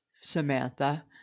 Samantha